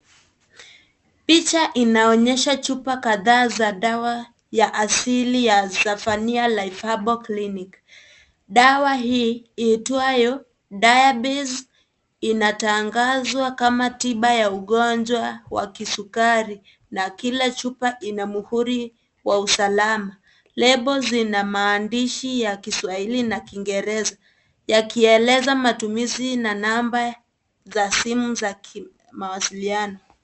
Picha inaoyesha chupa kadhaa ya dawa ya asili ya zaphania herb kiliniki, dawa hii iitwayo diabeze inatangazwa kama tiba ya ugonjwa wa kisukari na kila chupa ina muhuri wa usalama lebo zina maandishhi ya kiswahili na kingereza yakieleza matumizi na namba za simu za mawasiliano.